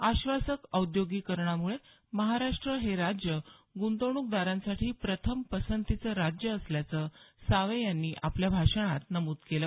आश्वासक औद्योगिकरणामुळे महाराष्ट्र हे राज्य ग्रंतवणुकदारांसाठी प्रथम पसंतीचं राज्य असल्याचं सावे यांनी आपल्या भाषणात नमूद केलं